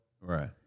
right